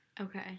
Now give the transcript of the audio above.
Okay